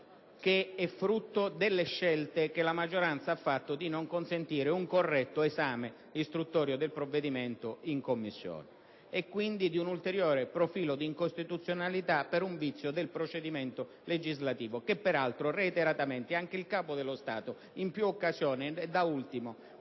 testo, frutto della scelta della maggioranza di non consentire un corretto esame istruttorio del provvedimento in Commissione. Si tratta di un profilo di incostituzionalità per un vizio del procedimento legislativo, che peraltro reiteratamente il Capo dello Stato in più occasioni (da ultimo,